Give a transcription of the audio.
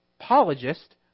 apologist